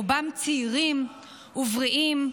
רובם צעירים ובריאים,